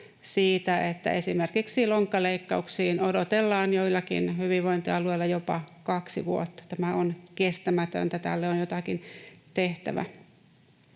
että esimerkiksi lonkkaleikkauksiin odotellaan joillakin hyvinvointialueilla jopa kaksi vuotta. Tämä on kestämätöntä, tälle on jotakin tehtävä.